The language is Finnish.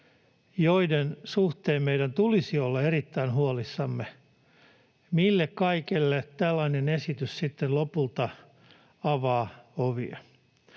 joiden suhteen meidän tulisi olla erittäin huolissamme, mille kaikelle tällainen esitys sitten lopulta avaa ovia.